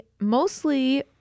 mostly